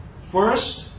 first